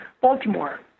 Baltimore